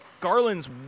Garland's